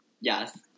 Yes